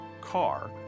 car